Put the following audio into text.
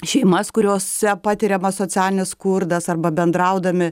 šeimas kuriose patiriamas socialinis skurdas arba bendraudami